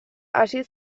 hasi